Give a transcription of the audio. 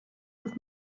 with